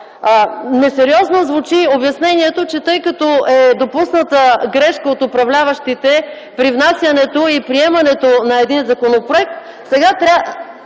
Несериозно звучи обяснението, че тъй като е допусната грешка от управляващите при внасянето и приемането на един законопроект, сега тя трябва